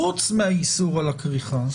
חוץ מהאיסור על הכריכה,